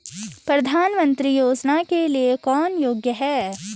प्रधानमंत्री योजना के लिए कौन योग्य है?